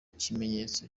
kimenyetso